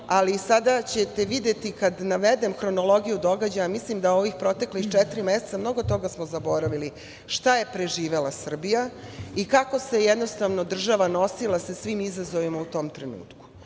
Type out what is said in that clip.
ali sada ćete videti kada navedem hronologiju događaja. Mislim da smo u ova protekla četiri meseca mnogo toga zaboravili šta je preživela Srbija i kako se država nosila sa svim izazovima u tom trenutku.